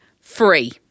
free